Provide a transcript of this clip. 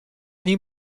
nim